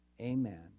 Amen